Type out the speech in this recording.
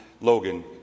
Logan